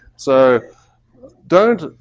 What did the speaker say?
so don't